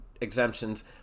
exemptions